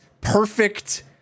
perfect